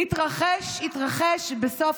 התרחש בסוף